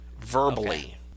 verbally